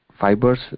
fibers